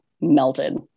melted